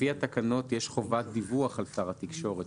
לפי התקנות יש חובת דיווח על שר התקשורת,